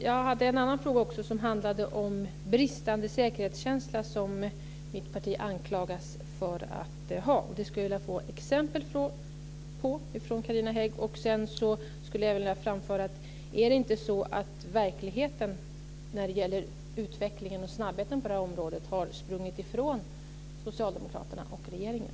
Fru talman! Jag vill också ta upp en annan sak, nämligen den bristande säkerhetskänsla som mitt parti anklagas för att ha. Där skulle jag vilja ha exempel av Carina Hägg. Är det inte så att verkligheten när det gäller utvecklingen och snabbheten på området har sprungit ifrån Socialdemokraterna och regeringen?